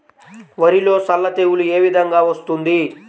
వరిలో సల్ల తెగులు ఏ విధంగా వస్తుంది?